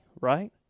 right